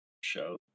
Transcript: show